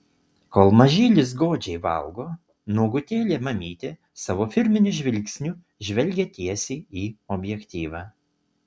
kol mažylis godžiai valgo nuogutėlė mamytė savo firminiu žvilgsniu žvelgia tiesiai į objektyvą